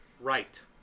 right